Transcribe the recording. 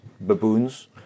baboons